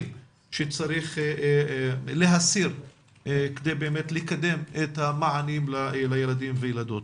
שצריך להסיר כדי לקדם את המענים לילדים ולילדות.